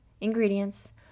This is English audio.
ingredients